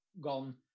gone